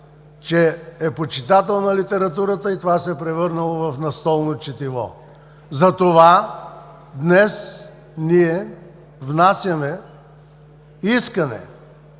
че е почитател на литературата и това се е превърнало в настолно четиво. Затова днес ние с господин